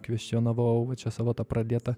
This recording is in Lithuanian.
kvestionavau va čia savo tą pradėtą